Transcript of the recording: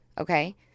Okay